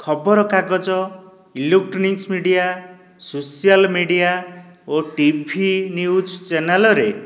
ଖବରକାଗଜ electronics media social media ଓ T V news ଚ୍ୟାନେଲ୍ରେ